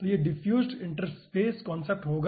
तो यह diffused interface concept होगा